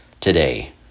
today